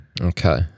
Okay